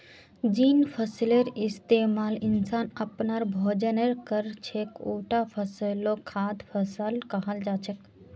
जिन फसलेर इस्तमाल इंसान अपनार भोजनेर कर छेक उटा फसलक खाद्य फसल कहाल जा छेक